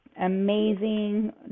Amazing